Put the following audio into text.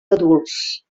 adults